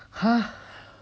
!huh!